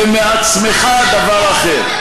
ומעצמך דבר אחר.